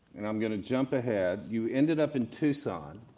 and i'm going to jump ahead, you ended up in tucson,